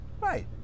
Right